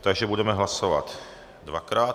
Takže budeme hlasovat dvakrát.